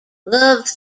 love